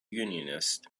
unionist